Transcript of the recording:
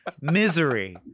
Misery